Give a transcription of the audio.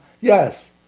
Yes